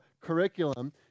curriculum